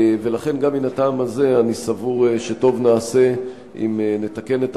ולכן גם מן הטעם הזה אני סבור שטוב נעשה אם נתקן את